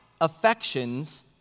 affections